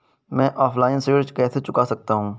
मैं ऑफलाइन ऋण कैसे चुका सकता हूँ?